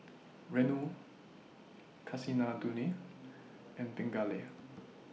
Renu Kasinadhuni and Pingali